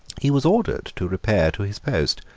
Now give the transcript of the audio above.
he was ordered to repair to his post.